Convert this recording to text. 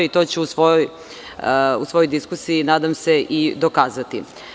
To ću u svojoj diskusiji, nadam se, i dokazati.